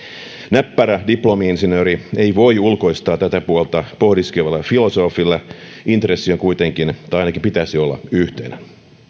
näppärä diplomi insinööri ei voi ulkoistaa tätä puolta pohdiskelevalle filosofille intressi on kuitenkin tai ainakin pitäisi olla yhteinen